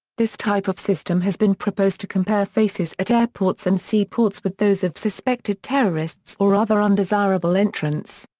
this type of system has been proposed to compare faces at airports and seaports with those of suspected terrorists or other undesirable entrants.